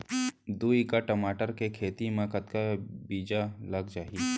दू एकड़ टमाटर के खेती मा कतका बीजा लग जाही?